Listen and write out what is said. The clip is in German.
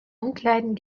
umkleiden